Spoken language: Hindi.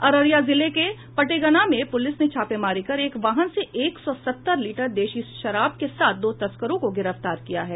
अररिया जिले के पटेगना में पूलिस ने छापेमारी कर एक वाहन से एक सौ सत्तर लीटर देशी शराब के साथ दो तस्करों को गिरफ्तार किया है